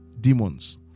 demons